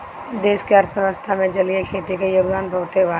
देश के अर्थव्यवस्था में जलीय खेती के योगदान बहुते बाटे